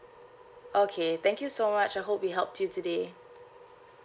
okay thank you so much I hope we helped you today